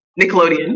Nickelodeon